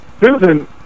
Susan